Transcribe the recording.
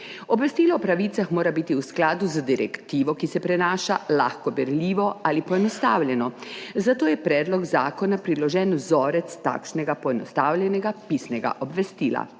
Obvestilo o pravicah mora biti v skladu z direktivo, ki se prenaša, lahko berljivo ali poenostavljeno, zato je predlogu zakona priložen vzorec takšnega poenostavljenega pisnega obvestila.